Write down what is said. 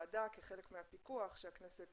חלק מהדברים שנאמרו התקשיתי לקלוט עד סופם.